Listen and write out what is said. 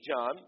John